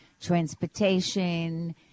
transportation